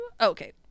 Okay